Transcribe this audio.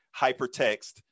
hypertext